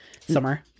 Summer